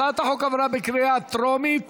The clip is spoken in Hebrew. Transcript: הצעת החוק עברה בקריאה טרומית